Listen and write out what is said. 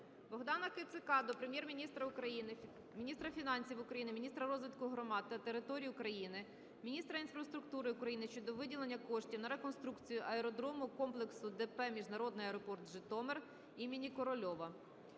Богдана Кицака до Прем'єр-міністра України, міністра фінансів України, міністра розвитку громад та територій України, міністра інфраструктури України щодо виділення коштів на реконструкцію аеродромного комплексу ДП "Міжнародний аеропорт "Житомир" імені С.П.Корольова".